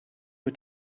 mit